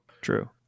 True